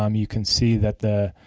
um you can see that the